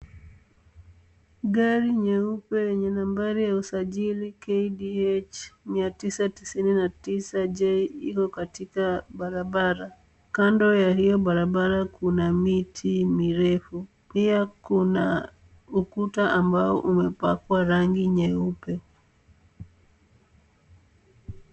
Gari nyeupe yenye nambari ya usajili KDH 999J iko katika barabara. Kando ya hiyo barabara kuna miti mirefu. Pia kuna ukuta ambao umepakwa rangi nyeupe.